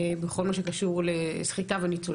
בכל מה שקשור לסחיטה וניצול.